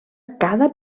cada